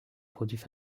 produits